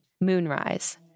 Moonrise